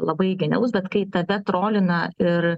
labai genialus bet kai tave trolina ir